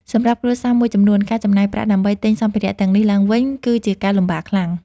សម្រាប់គ្រួសារមួយចំនួន ការចំណាយប្រាក់ដើម្បីទិញសម្ភារៈទាំងនេះឡើងវិញ គឺជាការលំបាកខ្លាំង។